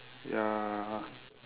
ya